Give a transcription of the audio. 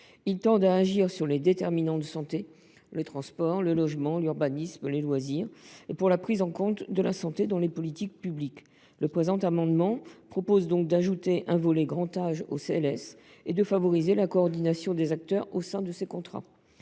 Ils tendent à agir sur les déterminants de santé, le transport, le logement, l’urbanisme et les loisirs et pour la prise en compte de la santé dans les politiques publiques. Cet amendement vise à ajouter un volet grand âge aux CLS et à favoriser la coordination des acteurs au sein de ces contrats.